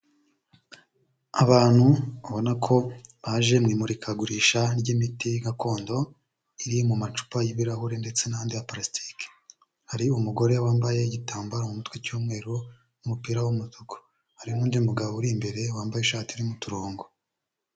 Abantu ubona ko baje mu imurikagurisha ry'imiti gakondo iri mu macupa y'ibirahure ndetse n'andi ya pulasitiki. Hari umugore wambaye igitambaro mu mutwe cy'umweru n'umupira w'umutuku. Hari n'undi mugabo uri imbere wambaye ishati irimo uturongo.